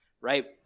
right